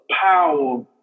power